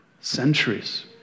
centuries